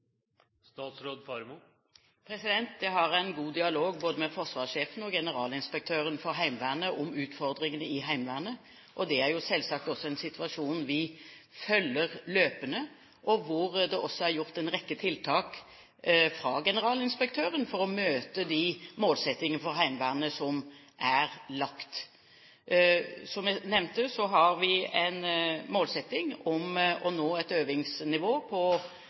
Jeg har en god dialog både med forsvarssjefen og generalinspektøren for Heimevernet om utfordringene i Heimevernet. Det er selvsagt også en situasjon vi følger løpende, og hvor det også er gjort en rekke tiltak fra generalinspektørens side for å møte de målsettingene som er lagt for Heimevernet. Som jeg nevnte, har vi en målsetting om å nå et øvingsnivå på